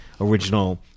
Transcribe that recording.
original